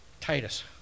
Titus